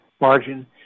margin